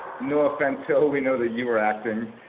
no offense, hill, we know that you are acting.